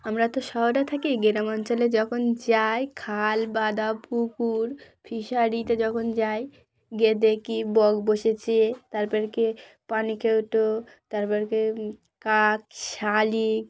আমরা তো শহরে থাকি গ্রাম অঞ্চলে যখন যাই খাল বাদা পুকুর ফিশারিতে যখন যাই গিয়ে দেখি বক বসেছে তারপর কি পানকৌড়ি তারপর কি কাক শালিক